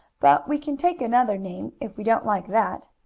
but we can take another name, if we don't like that.